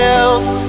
else